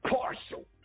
partial